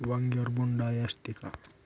वांग्यावर बोंडअळी असते का?